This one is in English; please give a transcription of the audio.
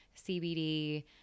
cbd